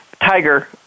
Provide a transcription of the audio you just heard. Tiger